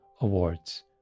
awards